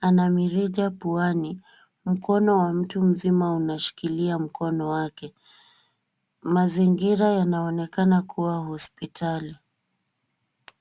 ana mirija puani. Mkono wa mtu mzima unashikilia mkono wake. Mazingira yanaonekana kuwa hospitali.